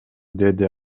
деди